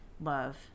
love